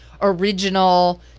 original